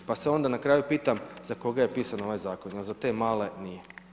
Pa se onda na kraju pitam za koga je pisan ovaj zakon, jel za te male nije.